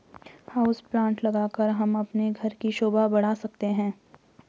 house plant लगाकर हम अपने घर की शोभा बढ़ा सकते हैं